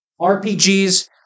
RPGs